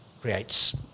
creates